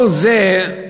כל זה,